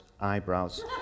eyebrows